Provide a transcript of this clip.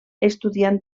estudiant